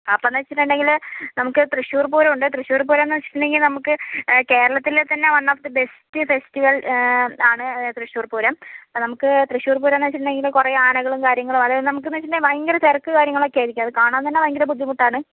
അപ്പം എന്ന് വച്ചിട്ടുണ്ടെങ്കിൽ നമുക്ക് തൃശ്ശൂർപ്പൂരമുണ്ട് തൃശ്ശൂർപ്പൂരം എന്ന് വച്ചിട്ടുണ്ടെങ്കിൽ നമുക്ക് കേരളത്തിലെ തന്നെ one of the best festival ആണ് തൃശ്ശൂർപ്പൂരം അപ്പോൾ നമുക്ക് തൃശ്ശൂർപ്പൂരം എന്ന് വച്ചിട്ടുണ്ടെങ്കിൽ കുറേ ആനകളും കാര്യങ്ങളും അതേപോലെ നമുക്ക് എന്ന് വച്ചിട്ടുണ്ടെങ്കിൽ ഭയങ്കര തിരക്ക് കാര്യങ്ങളൊക്കെയായിരിക്കും അതു കാണാൻ തന്നെ ഭയങ്കര ബുദ്ധിമുട്ടാണ്